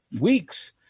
weeks